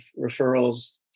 referrals